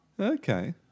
Okay